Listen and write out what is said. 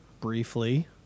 briefly